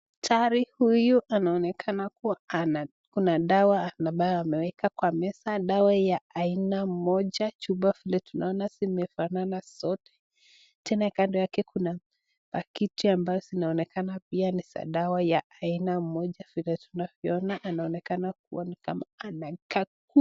Daktari huyu anaonekana kuwa ana akona dawa ambayo ameeka kwa meza dawa ya Aina moja chupa vile tunaona zimefanana zote. Tena Kando yake kuna pakiti ambazo zinaonekana pia ni za dawa ya aina moja anaonekana kuwa anakagua.